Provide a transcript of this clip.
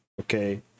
okay